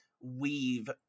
weave